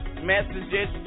messages